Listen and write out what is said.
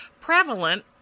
prevalent